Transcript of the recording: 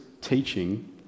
teaching